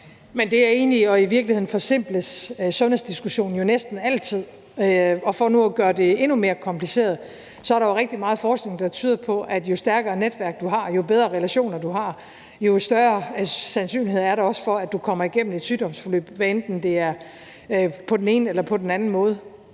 : Det er jeg enig i. Og i virkeligheden forsimples sundhedsdiskussionen jo næsten altid, og for nu at gøre det endnu mere kompliceret er der jo rigtig meget forskning, der tyder på, at jo stærkere et netværk du har, og jo bedre relationer du har, jo større sandsynlighed er der også for, at du kommer igennem et sygdomsforløb, hvad enten det er på den ene eller på den anden måde.